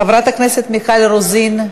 חברת הכנסת מיכל רוזין,